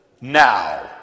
now